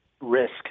risk